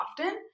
often